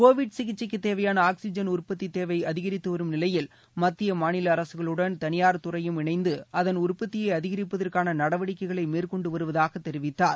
Covid சிகிச்சைக்கு தேவையான oxygen உற்பத்தி தேவை அதிகரித்து வரும் நிலையில் மத்திய மாநில அரசுகளுடன் தனியார் துறையும் இணைந்து அதன் உற்பத்தியை அதிகரிப்பதற்கான நடவடிக்கைகளை மேற்கொண்டு வருவதாக தெரிவித்தார்